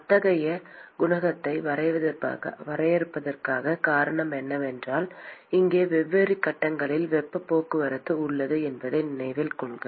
அத்தகைய குணகத்தை வரையறுப்பதற்கான காரணம் என்னவென்றால் இங்கே வெவ்வேறு கட்டங்களில் வெப்ப போக்குவரத்து உள்ளது என்பதை நினைவில் கொள்க